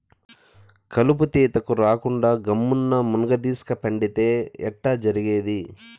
కలుపు తీతకు రాకుండా గమ్మున్న మున్గదీస్క పండితే ఎట్టా జరిగేది